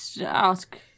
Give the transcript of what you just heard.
ask